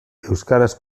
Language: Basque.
euskaraz